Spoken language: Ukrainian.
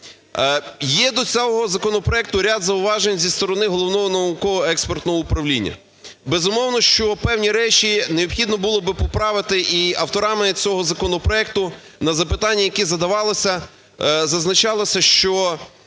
Є до цього законопроекту ряд зауважень зі сторони Головного науково-експертного управління. Безумовно, що певні речі необхідно було би поправити, і авторами цього законопроекту на запитання, які задавалися, зазначалося, що